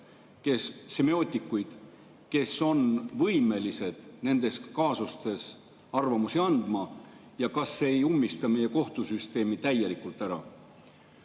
semiootikuid, kes on võimelised nendes kaasustes arvamust andma? Kas see ei ummista meie kohtusüsteemi täielikult ära?